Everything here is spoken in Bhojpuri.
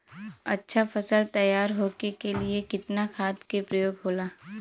अच्छा फसल तैयार होके के लिए कितना खाद के प्रयोग होला?